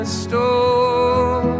store